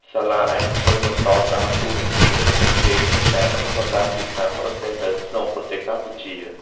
សាលាឯកជនបន្តដើរតួនាទីឈានមុខគេក្នុងការបណ្តុះបណ្តាលភាសាបរទេសនៅក្នុងប្រទេសកម្ពុជា។